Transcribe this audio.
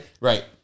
Right